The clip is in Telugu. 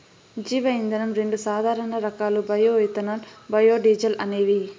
జీవ ఇంధనం రెండు సాధారణ రకాలు బయో ఇథనాల్, బయోడీజల్ అనేవి